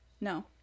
No